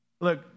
Look